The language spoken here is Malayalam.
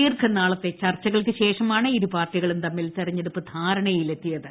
ദീർഘനാളത്തെ ചർച്ചകൾക്കുശേഷമാണ് ഇരു പാർട്ടികളും തമ്മിൽ തെരഞ്ഞെടുപ്പ് ധാരണയിലെത്തിയത്